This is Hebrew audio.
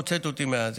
הוצאת אותי.